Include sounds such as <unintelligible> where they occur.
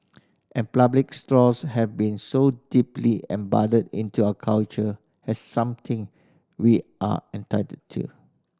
and <unintelligible> straws have been so deeply embedded into our culture as something we are entitled to